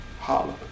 holla